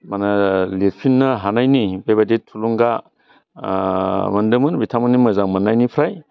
माहोनो लिरफिननो हानायनि बेबायदि थुलुंगा मोन्दोंमोन बिथांमोननि मोजां मोन्नायनिफ्राय